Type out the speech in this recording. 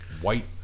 white